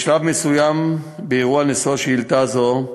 בשלב מסוים באירוע נשוא שאילתה זו,